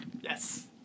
Yes